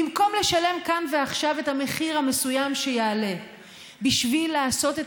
במקום לשלם כאן ועכשיו את המחיר המסוים שיעלה בשביל לעשות את